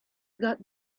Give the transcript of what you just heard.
got